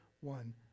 one